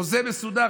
חוזה מסודר,